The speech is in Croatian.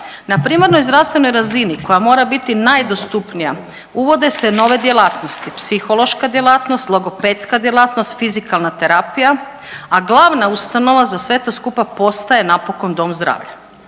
Na primarnoj zdravstvenoj razini koja mora biti najdostupnija uvode se nove djelatnosti, psihološka djelatnost, logopedska djelatnost, fizikalna terapija, a glavna ustanova za sve to skupa postaje napokon dom zdravlja.